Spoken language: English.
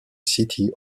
city